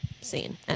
scene